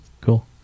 cool